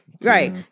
Right